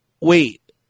Wait